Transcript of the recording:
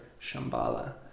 Shambhala